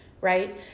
right